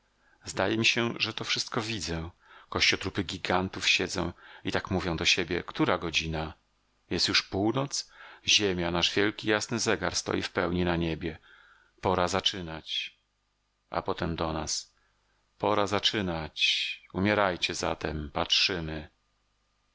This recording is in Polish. zdaje mi się że to wszystko widzę kościotrupy gigantów siedzą i tak mówią do siebie która godzina jest już północ ziemia nasz wielki i jasny zegar stoi w pełni na niebie pora zaczynać a potem do nas pora zaczynać umierajcie zatem patrzymy